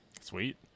Sweet